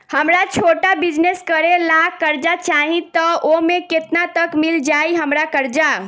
हमरा छोटा बिजनेस करे ला कर्जा चाहि त ओमे केतना तक मिल जायी हमरा कर्जा?